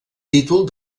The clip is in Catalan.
títol